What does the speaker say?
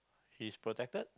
he's protected